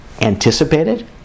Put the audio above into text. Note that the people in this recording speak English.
Anticipated